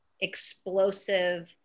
explosive